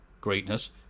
greatness